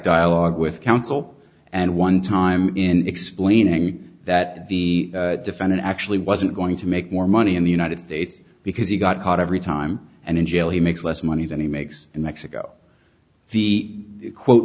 dialogue with counsel and one time in explaining that the defendant actually wasn't going to make more money in the united states because he got caught every time and in jail he makes less money than he makes in mexico the quote